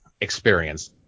experience